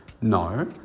No